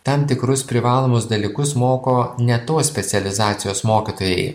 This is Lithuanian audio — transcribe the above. tam tikrus privalomus dalykus moko ne tos specializacijos mokytojai